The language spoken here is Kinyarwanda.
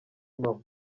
impamo